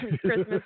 Christmas